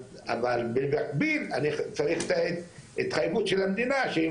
אבל במקביל אני צריך את ההתחייבות של המדינה שהם